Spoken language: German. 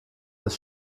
des